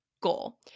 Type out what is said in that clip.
goal